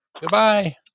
Goodbye